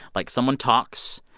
like, someone talks,